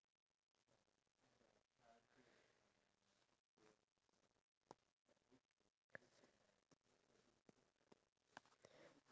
due to the fact that you're constantly with your phone you feel like you interacting with the phone itself when it comes to interacting with